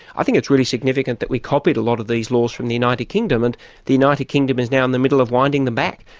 i think it's really significant that we copied a lot of these laws from the united kingdom, and the united kingdom is now in the middle of winding them back.